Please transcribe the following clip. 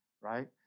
right